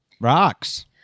rocks